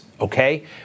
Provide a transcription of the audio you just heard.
okay